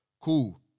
Cool